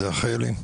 אלה החיילים,